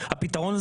הפתרון.